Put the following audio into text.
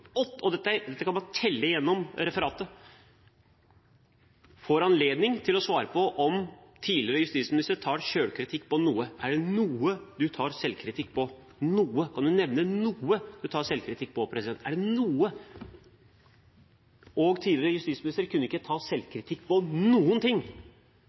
og dette kan man telle gjennom referatet – får anledning til å svare på om tidligere justisminister tar selvkritikk: Kan du nevne noe du tar selvkritikk på? Tidligere justisminister kunne ikke ta selvkritikk på noen ting,